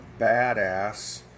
badass